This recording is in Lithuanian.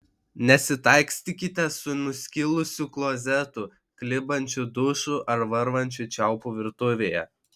nesitaikstykite su nuskilusiu klozetu klibančiu dušu ar varvančiu čiaupu virtuvėje